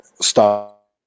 stop